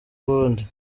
bundi